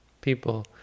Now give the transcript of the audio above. people